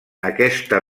aquesta